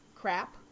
crap